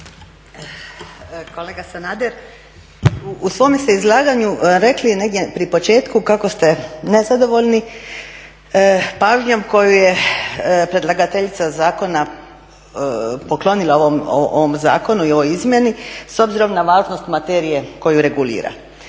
Kolega Sanader u svome ste izlaganju rekli negdje pri početku kako ste nezadovoljni pažnjom koju je predlagateljica zakona poklonila ovom zakonu i ovoj izmjeni s obzirom na važnost materije koju regulira.